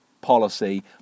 policy